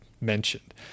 mentioned